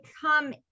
come